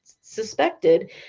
suspected